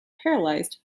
paralyzed